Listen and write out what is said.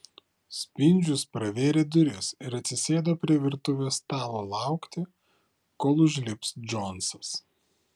spindžius pravėrė duris ir atsisėdo prie virtuvės stalo laukti kol užlips džonsas